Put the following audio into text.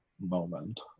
moment